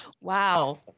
wow